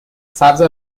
سبز